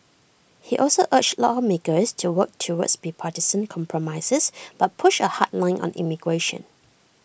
he also urged lawmakers to work toward bipartisan compromises but pushed A hard line on immigration